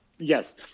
Yes